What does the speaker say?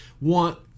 want